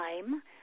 time